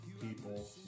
people